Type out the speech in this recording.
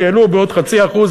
כי העלו בעוד 0.5%,